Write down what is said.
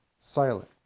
silent